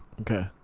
Okay